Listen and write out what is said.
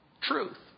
truth